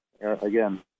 again